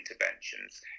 interventions